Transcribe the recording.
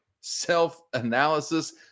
self-analysis